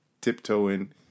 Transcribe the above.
tiptoeing